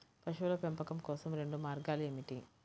పశువుల పెంపకం కోసం రెండు మార్గాలు ఏమిటీ?